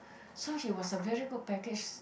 so he was a very good package